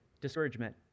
discouragement